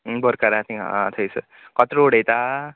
बोरकारा थिंगां आं थंयसर कचरो उडयता